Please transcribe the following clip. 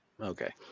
okay